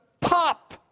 pop